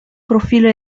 profilo